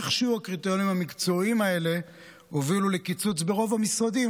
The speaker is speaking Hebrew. איכשהו הקריטריונים המקצועיים האלה הובילו לקיצוץ ברוב המשרדים,